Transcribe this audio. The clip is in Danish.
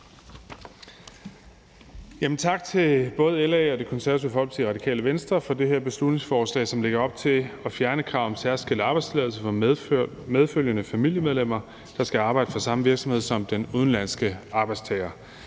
Tak til både LA, Det Konservative Folkeparti og Radikale Venstre for det her beslutningsforslag, som lægger op til at fjerne kravet om særskilt arbejdstilladelse for medfølgende familiemedlemmer, der skal arbejde for samme virksomhed som den udenlandske arbejdstager.